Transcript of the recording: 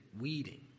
weeding